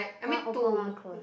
one open one close